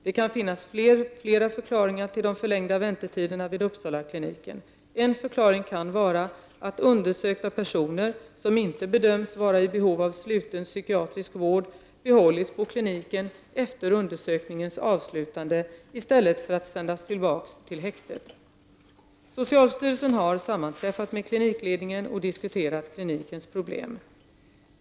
Det kan finnas flera förklaringar till de förlängda väntetiderna vid Uppsalakliniken. En förklaring kan vara att undersökta personer, som inte bedöms vara i behov av sluten psykiatrisk vård, behållits på kliniken efter undersökningens avslutande, i stället för att sändas tillbaka till häktet. Socialstyrelsen har sammanträffat med klinikledningen och diskuterat klinikens problem.